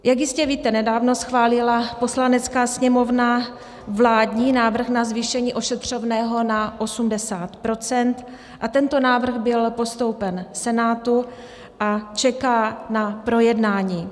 Jak jistě víte, nedávno schválila Poslanecká sněmovna vládní návrh na zvýšení ošetřovného na 80 %, tento návrh byl postoupen Senátu a čeká na projednání.